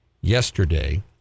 yesterday